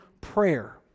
prayer